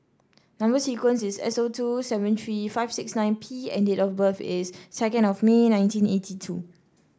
number sequence is S O two seven three five six nine P and date of birth is second of May nineteen eighty two